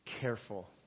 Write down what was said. careful